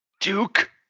Duke